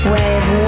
Wave